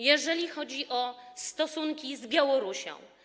Jeżeli chodzi o stosunki z Białorusią.